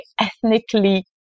ethnically